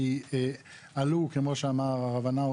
כי עלו כמו שאמר הרב הנאו.